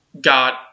got